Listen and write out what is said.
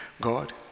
God